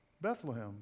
Bethlehem